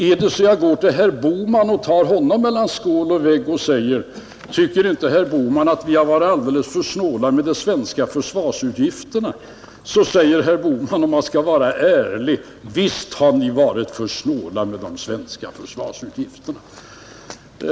Är det så att jag går till herr Bohman och tar honom mellan skål och vägg och säger: Tycker inte herr Bohman att vi har varit alldeles för snåla med svenska försvarsutgifterna, så säger herr Bohman om han skall vara ärlig: Visst har ni varit för snåla med de svenska försvarsutgifterna.